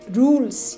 rules